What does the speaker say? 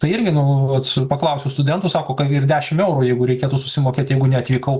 tai irgi nu vat su paklausiau studentų sako kad ir dešiniau jeigu reikėtų susimokėt jeigu neatvykau